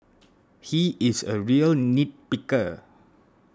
he is a real nit picker